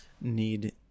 need